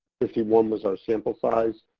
fifty one was our sample size,